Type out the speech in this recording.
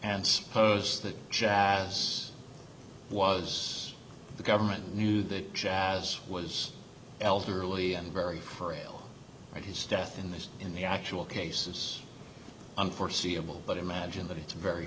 and suppose that jackass was the government knew that jazz was elderly and very frail but his death in this in the actual cases unforeseeable but imagine that it's very